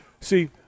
See